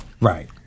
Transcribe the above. right